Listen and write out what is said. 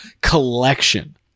collection